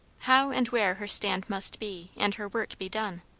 how and where her stand must be and her work be done.